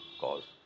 cause